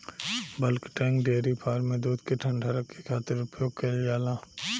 bulk tank dairy farm में दूध के ठंडा रखे खातिर उपयोग कईल जाला